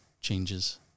changes